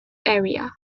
area